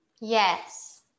Yes